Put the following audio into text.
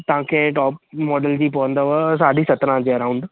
तव्हां खे top model जी पवंदव साढी सत्रहं जे अराउंड